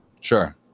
Sure